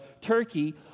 Turkey